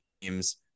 teams